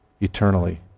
eternally